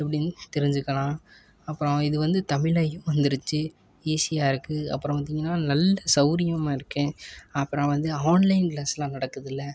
எப்படின்னு தெரிஞ்சுக்கலாம் அப்புறம் இது வந்து தமிழ்லயும் வந்துருச்சு ஈஸியாக இருக்குது அப்புறம் பார்த்தீங்கன்னா நல்ல சௌகரியமா இருக்குது அப்புறம் வந்து ஆன்லைன் க்ளாஸ்செலாம் நடக்குதில்ல